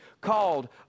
called